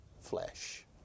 flesh